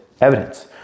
evidence